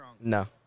No